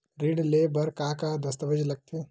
ऋण ले बर का का दस्तावेज लगथे?